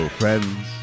friends